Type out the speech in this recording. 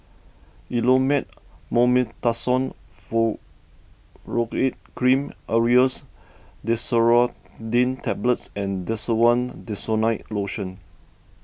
Elomet Mometasone Furoate Cream Aerius DesloratadineTablets and Desowen Desonide Lotion